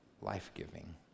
life-giving